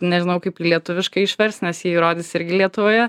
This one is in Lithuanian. nežinau kaip lietuviškai išverst nes jį rodys irgi lietuvoje